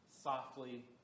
Softly